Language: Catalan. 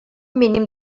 mínim